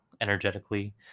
energetically